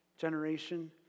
generation